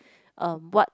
uh what